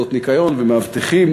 עובדות ניקיון ומאבטחים,